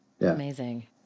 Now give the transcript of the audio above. Amazing